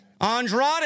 Andrade